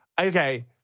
okay